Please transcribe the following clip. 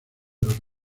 los